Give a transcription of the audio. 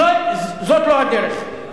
זאת לא הדרך.